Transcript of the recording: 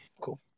cool